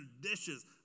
dishes